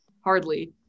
hardly